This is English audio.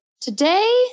today